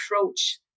approach